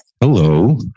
Hello